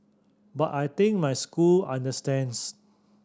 but I think my school understands